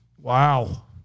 Wow